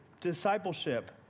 discipleship